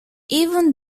even